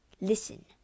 Listen